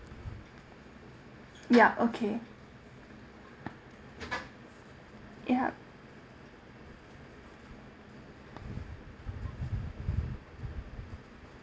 ya okay yup